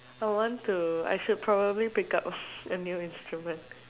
I want to I feel probably pick up a new instrument